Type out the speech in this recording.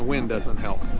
wind doesn't help